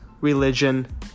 religion